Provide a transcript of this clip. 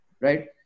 Right